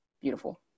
beautiful